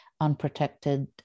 unprotected